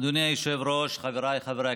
אדוני היושב-ראש, אתה בובה.